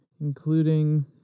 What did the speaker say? including